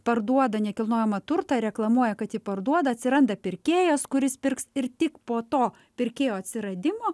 parduoda nekilnojamą turtą reklamuoja kad jį parduoda atsiranda pirkėjas kuris pirks ir tik po to pirkėjo atsiradimo